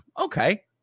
okay